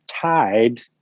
Tied